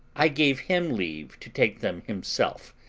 i gave him leave to take them himself,